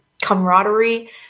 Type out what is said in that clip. camaraderie